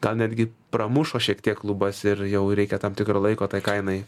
gal netgi pramušo šiek tiek lubas ir jau reikia tam tikro laiko tai kainai